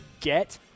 get